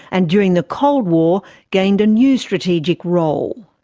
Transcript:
and during the cold war gained a new strategic role.